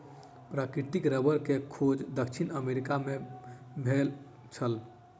प्राकृतिक रबड़ के खोज दक्षिण अमेरिका मे भेल छल